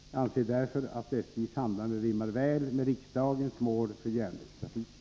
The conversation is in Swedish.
Jag anser därför att SJ:s handlande rimmar väl med riksdagens mål för järnvägstrafiken.